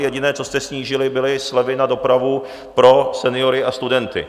Jediné, co jste snížili, byly slevy na dopravu pro seniory a studenty.